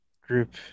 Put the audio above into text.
group